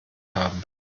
haben